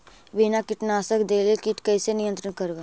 बिना कीटनाशक देले किट कैसे नियंत्रन करबै?